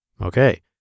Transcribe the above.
Okay